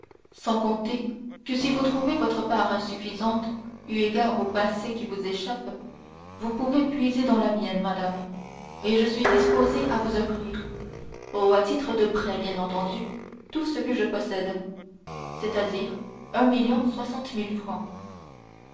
sans compter que si vous trouvez votre part insuffisante eu égard au passé qui vous échappe vous pouvez puiser dans la mienne madame et je suis disposé à vous offrir oh à titre de prêt bien entendu tout ce que je possède c'est-à-dire un